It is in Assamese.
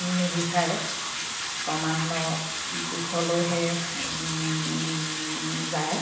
নিবিচাৰে ক্ৰমান্বয়ে পিছলৈহে যায়